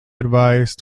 advised